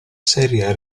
seria